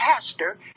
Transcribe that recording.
pastor